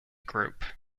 group